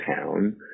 town